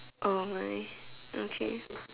oh my okay